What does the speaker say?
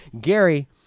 Gary